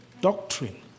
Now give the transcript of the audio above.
Doctrine